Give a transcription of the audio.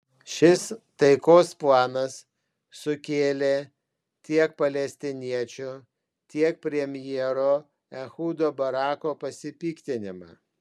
šis taikos planas sukėlė tiek palestiniečių tiek premjero ehudo barako pasipiktinimą